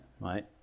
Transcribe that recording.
right